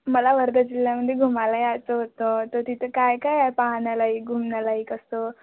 मला वर्धा जिल्ह्यामध्ये घुमाला यायचं होतं तर तिथं काय काय पाहण्यालायक घुमन्यालायक असं